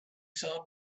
saw